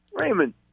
Raymond